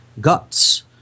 guts